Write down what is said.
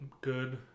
good